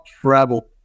travel